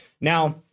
Now